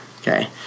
Okay